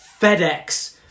FedEx